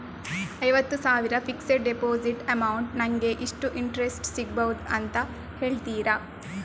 ಐವತ್ತು ಸಾವಿರ fixed deposit amount ಗೆ ನಂಗೆ ಎಷ್ಟು ಇಂಟ್ರೆಸ್ಟ್ ಸಿಗ್ಬಹುದು ಅಂತ ಹೇಳ್ತೀರಾ?